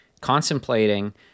contemplating